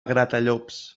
gratallops